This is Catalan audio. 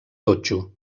totxo